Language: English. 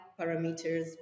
parameters